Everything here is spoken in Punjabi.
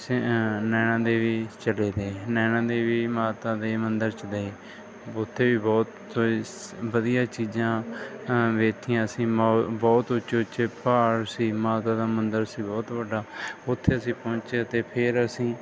ਸ ਨੈਣਾਂ ਦੇਵੀ ਚਲੇ ਗਏ ਨੈਣਾਂ ਦੇਵੀ ਮਾਤਾ ਦੇ ਮੰਦਰ 'ਚ ਗਏ ਉੱਥੇ ਵੀ ਬਹੁਤ ਵ ਵਧੀਆ ਚੀਜ਼ਾਂ ਅ ਵੇਖੀਆਂ ਅਸੀਂ ਮੋ ਬਹੁਤ ਉੱਚੇ ਉੱਚੇ ਪਹਾੜ ਸੀ ਮਾਤਾ ਦਾ ਮੰਦਰ ਸੀ ਬਹੁਤ ਵੱਡਾ ਉੱਥੇ ਅਸੀਂ ਪਹੁੰਚੇ ਅਤੇ ਫਿਰ ਅਸੀਂ